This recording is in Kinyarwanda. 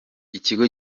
ikigo